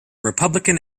republican